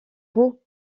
beau